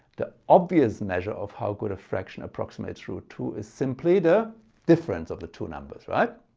the obvious measure of how good a fraction approximates root two is simply the difference of the two numbers. right,